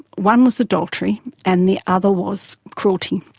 one was adultery and the other was cruelty.